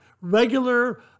regular